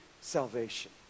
salvation